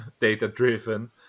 data-driven